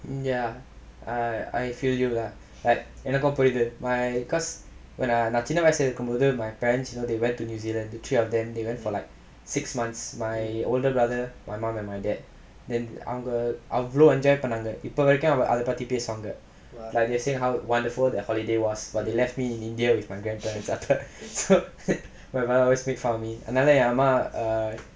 ya I I feel you lah எனக்கும் புரியுது:enakkum puriyuthu my cause when I நா சின்ன வயசா இருக்கும் போது:naa chinna vayasaa irukkum pothu my parents they went to new zealand three of them they went for like six months my older brother my mom and my dad then அவங்க அவ்ளோ:avanga avlo enjoy பண்ணாங்க இப்ப வரைக்கும் அத பத்தி பேசுவாங்க:pannaanga ippa varaikkum atha pathi pesunaanga they saying how wonderful the holiday was while they left me in india with my grandparents so my brother always make fun of me அதுனால என் அம்மா:athunaala en ammaa err